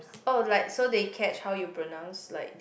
oh like so they catch how you pronounce like